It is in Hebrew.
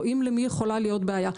רואים למי יכולה להיות בעיה.